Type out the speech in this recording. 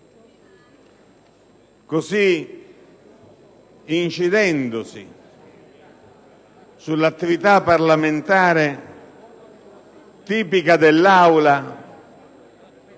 si incide sull'attività parlamentare tipica dell'Aula,